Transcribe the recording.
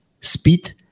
speed